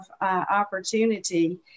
opportunity